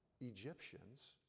Egyptians